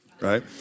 right